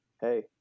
hey